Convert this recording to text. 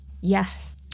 Yes